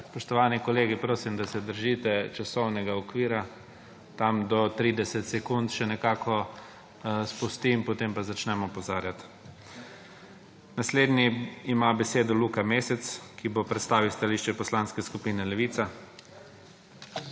Spoštovani kolegi, prosim, da se držite časovnega okvira; tam do 30 sekund še nekako pustim, potem pa začnem opozarjati. Naslednji ima besedo Luka Mesec, ki bo predstavil stališče Poslanske skupine Levica.